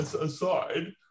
aside